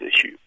issue